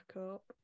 up